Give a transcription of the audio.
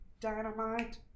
Dynamite